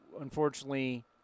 unfortunately